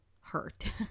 hurt